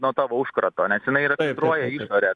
nuo tavo užkrato nes jinai ir filtruoja į išorę